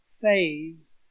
phase